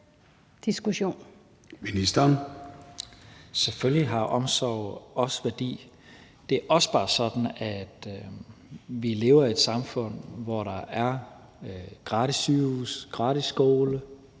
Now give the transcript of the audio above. (Mattias Tesfaye): Selvfølgelig har omsorg også værdi. Det er også bare sådan, at vi lever i et samfund, hvor der er gratis sygehuse, gratis skole,